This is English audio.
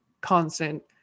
constant